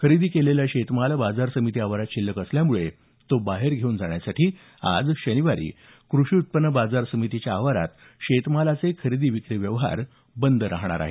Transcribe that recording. खरेदी केलेला शेतीमाल बाजार समिती आवारात शिल्लक असल्यामुळे तो बाहेर घेऊन जाण्यासाठी आज शनिवारी कृषी उत्पन्न बाजार समितीच्या आवारात शेतमालाचे खरेदी विक्री व्यवहार बंद राहणार आहेत